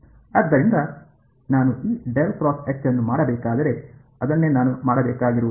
ಆದ್ದರಿಂದ ನಾನು ಈ ನ್ನು ಮಾಡಬೇಕಾದರೆ ಅದನ್ನೇ ನಾನು ಮಾಡಬೇಕಾಗಿರುವುದು